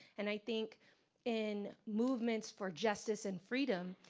and i think in movements for justice and freedom,